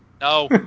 No